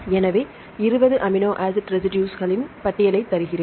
எனவே 20 அமினோஆசிட் ரெசிடுஸ்களின் பட்டியலை தருகிறேன்